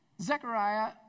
Zechariah